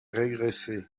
régressé